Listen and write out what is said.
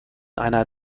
einer